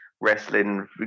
wrestling